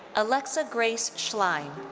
alexa grayce schlein.